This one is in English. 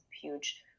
huge